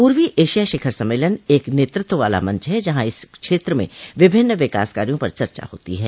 पूर्वी एशिया शिखर सम्मेलन एक नेतृत्व वाला मंच है जहां इस क्षेत्र में विभिन्न विकास कार्यो पर चर्चा होती है